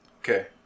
Okay